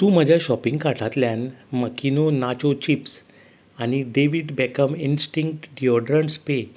तूं म्हज्या शॉपिंग कार्टांतल्यान माकिनो नाचो चिप्स आनी David Beckham instinct deodorant spray